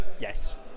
Yes